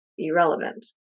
Irrelevant